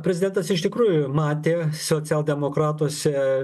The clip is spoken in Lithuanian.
prezidentas iš tikrųjų matė socialdemokratuose